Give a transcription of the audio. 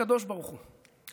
לקדוש ברוך הוא,